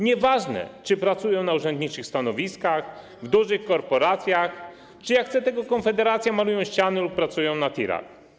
Nieważne, czy pracują na urzędniczych stanowiskach, w dużych korporacjach, czy, jak chce tego Konfederacja, malują ściany lub pracują na tirach.